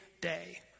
day